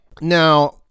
Now